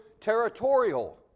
territorial